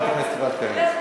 חברת הכנסת יפעת קריב.